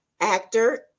actor